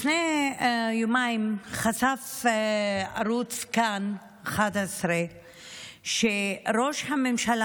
לפני יומיים חשף ערוץ כאן 11 שראש הממשלה,